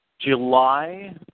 July